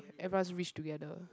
everyone is rich together